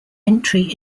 entry